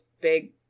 big